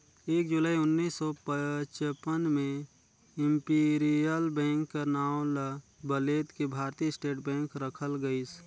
एक जुलाई उन्नीस सौ पचपन में इम्पीरियल बेंक कर नांव ल बलेद के भारतीय स्टेट बेंक रखल गइस